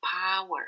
power